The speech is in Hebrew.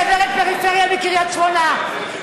גברת פריפריה מקריית שמונה,